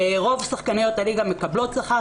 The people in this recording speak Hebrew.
רוב שחקניות הליגה מקבלות שכר,